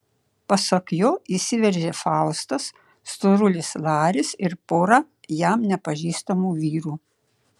pasak jo įsiveržė faustas storulis laris ir pora jam nepažįstamų vyrų